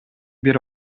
бир